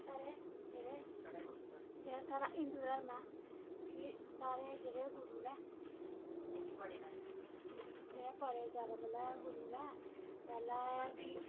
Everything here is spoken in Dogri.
साढ़े जेह्ड़े जेह्ड़ा साढ़ा हिंदू धर्म ऐ कि साढ़े जेह्ड़े गुरु न जेह्ड़े बड़े ज्यादा मतलब गुरु न पैह्ला ऐ कि